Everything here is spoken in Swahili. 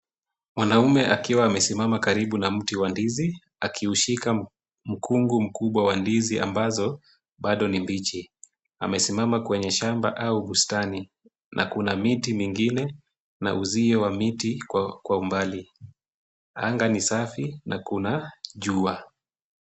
Mwanaume akiwa amesimama karibu na mti wa ndizi, akiushika. Mkungu mkubwa wa ndizi ambazo bado ni mbichi. Amesimama kwenye shamba au bustani, na kuna miti mingine na uzio wa miti kwa umbali. Anga ni safi na kuna jua.